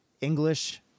English